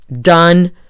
done